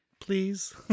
Please